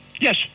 Yes